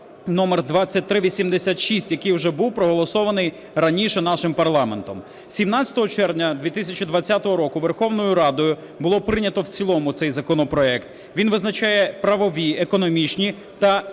(№ 2386), який вже був проголосований раніше нашим парламентом. 17 червня 2020 року Верховною Радою було прийнято в цілому цей законопроект. Він визначає правові, економічні та організаційні